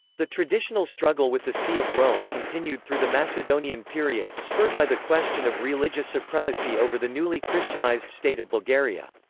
the traditional struggle with the see of rome continued through the macedonian period, spurred by the question of religious supremacy over the newly christianised state of bulgaria.